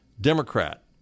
Democrat